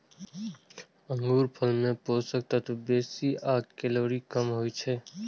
अंगूरफल मे पोषक तत्व बेसी आ कैलोरी कम होइ छै